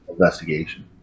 investigation